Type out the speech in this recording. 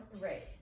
Right